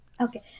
Okay